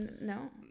No